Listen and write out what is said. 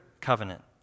covenant